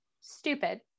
stupid